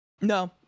No